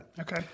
Okay